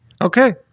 okay